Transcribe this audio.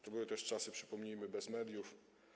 To były też czasy, przypomnijmy, bez mediów.